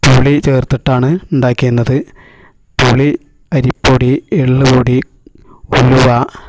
പുളി ചേർത്തിട്ടാണ് ഉണ്ടാക്കിയിരുന്നത് പുളി അരിപ്പൊടി എള്ളുപൊടി ഉലുവ